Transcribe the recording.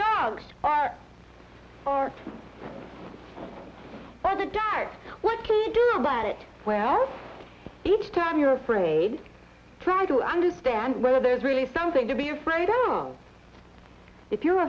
dogs what can you do about it well each time you're afraid try to understand whether there's really something to be afraid don't know if you're